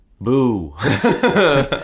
Boo